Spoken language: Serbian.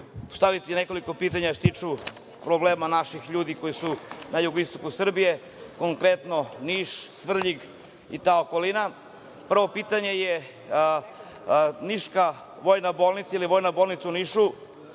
se. Postaviću nekoliko pitanja što se tiče problema naših ljudi koji su na jugoistoku Srbije, konkretno Niš, Svrljig i ta okolina. Prvo pitanje – Niška Vojna bolnica, ili Vojna bolnica u Nišu,